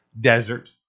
desert